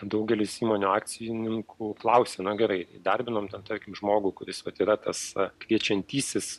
daugelis įmonių akcininkų klausia na gerai įdarbinom ten tą žmogų kuris vat yra tas kviečiantysis